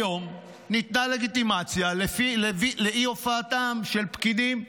היום ניתנה לגיטימציה לאי-הופעתם של פקידים.